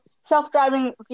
self-driving